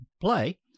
play